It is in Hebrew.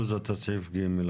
טוב לכולם,